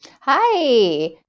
Hi